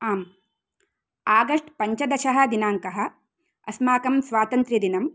आम् आगस्ट् पञ्चदशः दिनाङ्कः अस्माकं स्वातन्त्र्यदिनम्